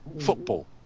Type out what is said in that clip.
football